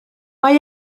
mae